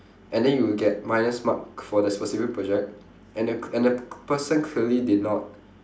and then you get minus mark for the specific project and the p~ and the p~ person clearly did not